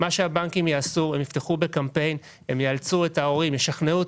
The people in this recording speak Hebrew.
מה שהבנקים יעשו זה לפתוח בקמפיין לשכנע את